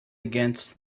against